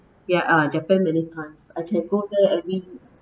ya uh japan many times I can go there every